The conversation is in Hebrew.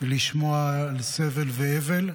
לשמוע על סבל ואבל.